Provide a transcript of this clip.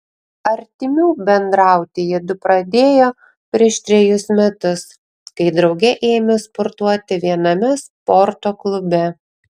artimiau bendrauti jiedu pradėjo prieš trejus metus kai drauge ėmė sportuoti viename sporto klube